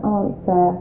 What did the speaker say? answer